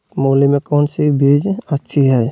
मूली में कौन सी बीज अच्छी है?